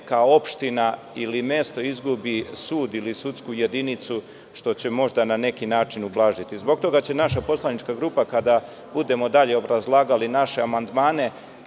neka opština ili mesto izgubi sud ili sudsku jedinicu, što će možda na neki način ublažiti. Zbog toga će naša poslanička grupa, kada budemo dalje obrazlagali naše amandmane,